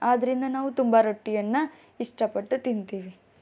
ಆದ್ದರಿಂದ ನಾವು ತುಂಬ ರೊಟ್ಟಿಯನ್ನು ಇಷ್ಟಪಟ್ಟು ತಿನ್ತೀವಿ